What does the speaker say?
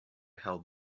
held